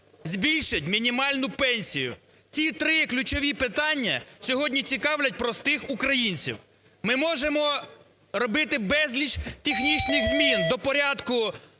збільшить мінімальну пенсію. Ці три ключові питання сьогодні цікавлять простих українців. Ми можемо робити безліч технічних змін до порядку